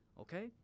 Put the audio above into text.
Okay